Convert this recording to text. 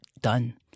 done